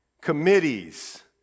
Committees